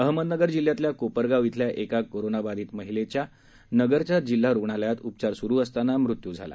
अहमदनगर जिल्ह्यातल्या कोपरगाव श्रिल्या एका कोरोना बाधित महिलेचा नगरच्या जिल्हा रुग्णालयात उपचार सुरू असताना मृत्यू झाला